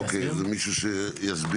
אוקיי, מישהו שיסביר?